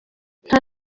nta